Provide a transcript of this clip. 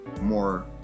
more